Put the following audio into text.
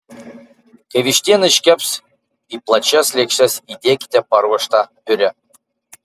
kai vištiena iškeps į plačias lėkštes įdėkite paruoštą piurė